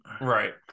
right